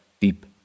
deep